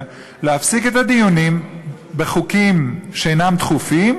להפסיק את הדיונים בחוקים שאינם דחופים,